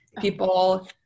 people